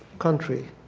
country,